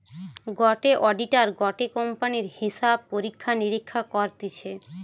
গটে অডিটার গটে কোম্পানির হিসাব পরীক্ষা নিরীক্ষা করতিছে